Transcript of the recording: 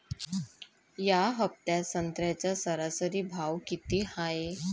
या हफ्त्यात संत्र्याचा सरासरी भाव किती हाये?